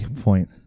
point